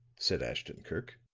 said ashton-kirk,